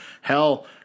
Hell